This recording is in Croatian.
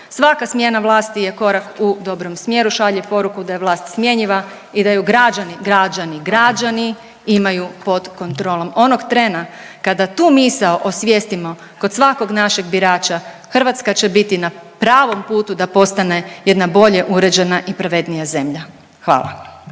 Svaka smjena vlasti je korak u dobrom smjeru, šalje poruku da je vlast smjenjiva i da ju građani, građani, građani, građani imaju pod kontrolom. Onog trena kada tu misao osvijestimo kod svakog našeg birača Hrvatska će biti na pravom putu da postane jedna bolje uređena i pravednija zemlja. Hvala.